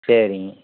சரிங்க